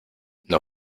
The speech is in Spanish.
nos